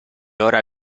ora